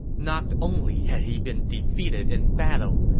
not only had he been defeated in battle,